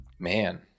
Man